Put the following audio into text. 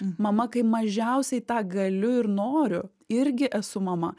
mama kai mažiausiai tą galiu ir noriu irgi esu mama